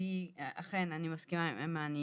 ואני אכן מסכימה עם אימאן,